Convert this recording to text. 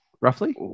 Roughly